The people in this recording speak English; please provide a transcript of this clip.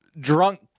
drunk